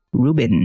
Rubin